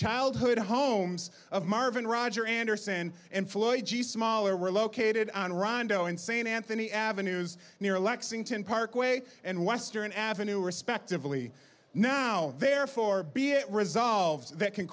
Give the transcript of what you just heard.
childhood homes of marvin rodger anderson and floyd g smaller were located on rondo insane anthony avenues near lexington parkway and western avenue respectively now therefore be it resolved that can